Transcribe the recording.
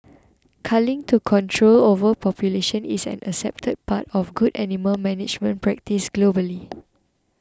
culling to control overpopulation is an accepted part of good animal management practice globally